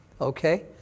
okay